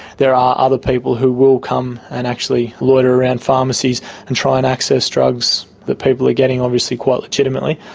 there are other people who will come and actually loiter around pharmacies and try and access drugs that people are getting obviously quite legitimately.